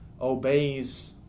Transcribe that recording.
obeys